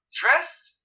dressed